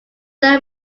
their